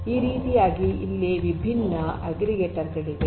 ಈ ರೀತಿಯಾಗಿ ಇಲ್ಲಿ ವಿಭಿನ್ನ ಅಗ್ರಿಗೇಟರ್ ಗಳಿವೆ